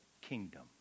kingdom